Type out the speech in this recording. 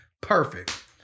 perfect